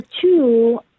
two